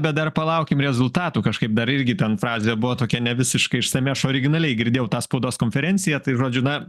bet dar palaukim rezultatų kažkaip dar irgi ten frazė buvo tokia ne visiškai išsami aš originaliai girdėjau tą spaudos konferenciją tai žodžiu na